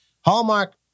Hallmark